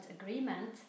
agreement